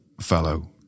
fellow